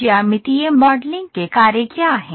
ज्यामितीय मॉडलिंग के कार्य क्या हैं